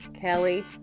Kelly